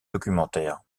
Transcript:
documentaire